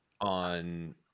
on